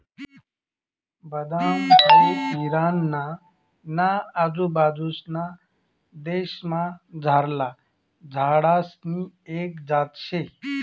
बदाम हाई इराणा ना आजूबाजूंसना देशमझारला झाडसनी एक जात शे